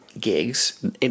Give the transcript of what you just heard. gigs